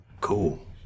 cool